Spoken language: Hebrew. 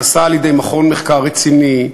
הוא נעשה על-ידי מכון מחקר רציני,